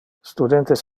studentes